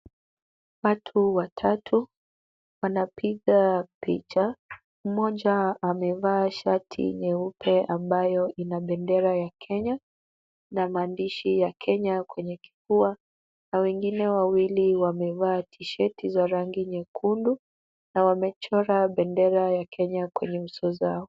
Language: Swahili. Watu watatu wanapiga picha. Mmoja amevaa shati nyeupe ambayo ina bendera ya Kenya na maandishi ya Kenya kwenye kifua na wengine wawili wamevaa tshati za rangi nyekundu na wamechora bendera ya Kenya kwa uso zao.